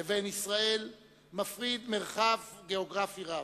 לבין ישראל מפריד מרחב גיאוגרפי גדול.